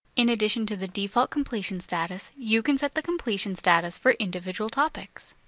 in addition to the default completion status, you can set the completion status for individual topics.